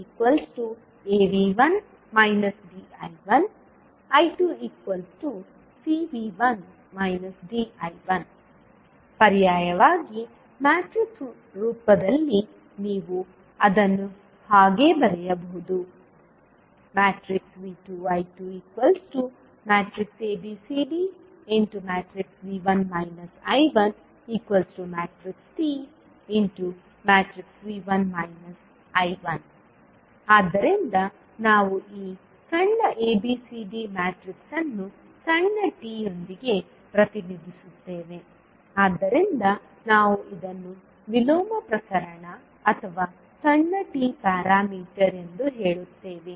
V2 aV1 bI1 I2 cV1 dI1 ಪರ್ಯಾಯವಾಗಿ matrix ರೂಪದಲ್ಲಿ ನೀವು ಅದನ್ನು ಹಾಗೆ ಬರೆಯಬಹುದು V2 I2 a b c d V1 I1 tV1 I1 ಆದ್ದರಿಂದ ನಾವು ಈ abcd ಮ್ಯಾಟ್ರಿಕ್ಸ್ ಅನ್ನು ಸಣ್ಣ ಟಿ ಯೊಂದಿಗೆ ಪ್ರತಿನಿಧಿಸುತ್ತೇವೆ ಆದ್ದರಿಂದ ನಾವು ಇದನ್ನು ವಿಲೋಮ ಪ್ರಸರಣ ಅಥವಾ ಸಣ್ಣ t ಪ್ಯಾರಾಮೀಟರ್ ಎಂದು ಹೇಳುತ್ತೇವೆ